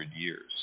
years